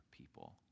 people